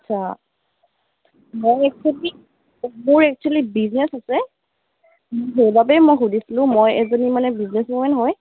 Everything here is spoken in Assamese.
আচ্ছা মই একচুয়েলি মোৰ একচুয়েলি বিজনেছ আছে সেইবাবে মই সুধিছোঁ মই এজনী মানে বিজনেছৱেমেন হয়